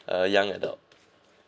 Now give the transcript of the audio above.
uh young adult